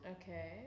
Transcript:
Okay